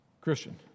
Christian